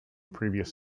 previous